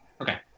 okay